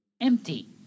empty